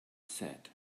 said